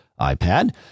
iPad